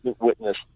witness